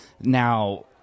now